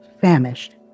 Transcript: famished